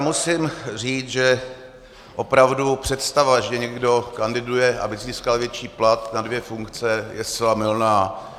Musím říct, že opravdu představa, že někdo kandiduje, aby získal větší plat na dvě funkce, je zcela mylná.